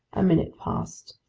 a minute passed.